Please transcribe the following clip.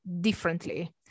differently